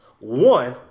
One